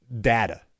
data